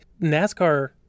NASCAR